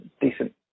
decent